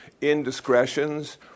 indiscretions